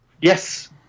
Yes